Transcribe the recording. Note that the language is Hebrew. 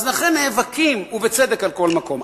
אז לכן נאבקים, ובצדק, על כל מקום.